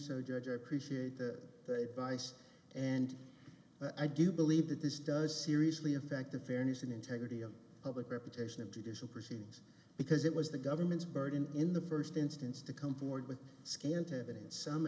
so judge appreciate the advice and i do believe that this does seriously affect the fairness and integrity of public reputation and judicial proceedings because it was the government's burden in the first instance to come forward with scant evidence some